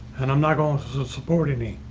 and i'm not going to support any.